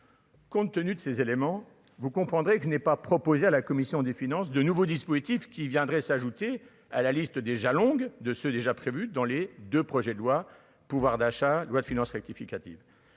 Compte tenu de ces éléments, vous comprendrez que je n'ai pas proposé à la commission des finances de nouveaux dispositifs qui viendrait s'ajouter à la liste déjà longue de ceux déjà prévus dans les 2 projets de loi, pouvoir d'achat, loi de finances rectificative